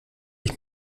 ich